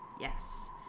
yes